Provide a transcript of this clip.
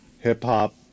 hip-hop